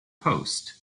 post